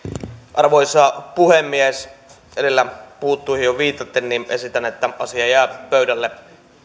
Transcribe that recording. arvoisa puhemies edellä puhuttuihin jo viitaten esitän että asia jää pöydälle